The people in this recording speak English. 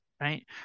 right